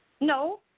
No